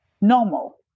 normal